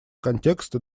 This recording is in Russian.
контекста